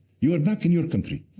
you are back in your country,